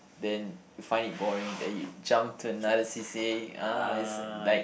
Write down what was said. then you find it boring then you jump to another c_c_a ah it's like